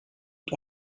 und